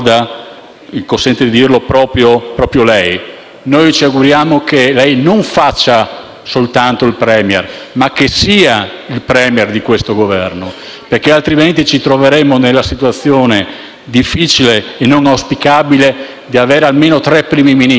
consenta di dirlo, proprio lei. Noi ci auguriamo che lei non soltanto faccia il *Premier*, ma che sia il *Premier* di questo Governo, perché altrimenti ci troveremo nella situazione difficile e non auspicabile di avere almeno tre Primi Ministri